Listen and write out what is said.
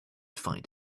find